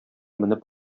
менеп